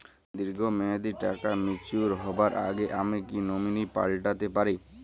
দীর্ঘ মেয়াদি টাকা ম্যাচিউর হবার আগে আমি কি নমিনি পাল্টা তে পারি?